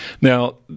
Now